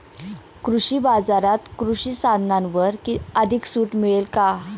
कृषी बाजारात कृषी साधनांवर अधिक सूट मिळेल का?